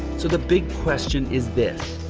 so the big question is this,